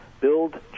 build